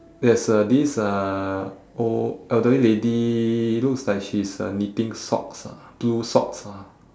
there's a this uh old elderly lady looks like she's uh knitting socks ah blue socks ah